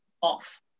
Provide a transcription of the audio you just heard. off